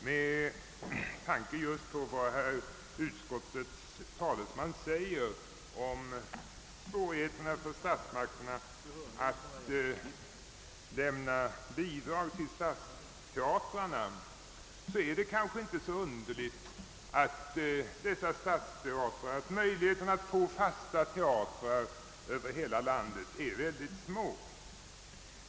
Herr talman! Med tanke just på vad utskottets talesman säger om svårigheterna för statsmakterna att lämna bidrag till stadsteatrarna är det kanske inte så underligt att möjligheterna att få fasta teatrar över hela landet är väldigt små.